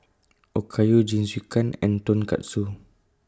Okayu Jingisukan and Tonkatsu